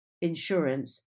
insurance